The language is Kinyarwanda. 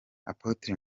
apotre